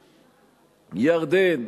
ירדן,